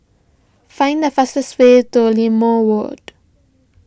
find the fastest way to Limau Ward